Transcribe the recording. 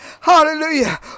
hallelujah